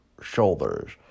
shoulders